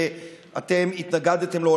שאתם התנגדתם לו,